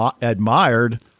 admired